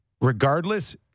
regardless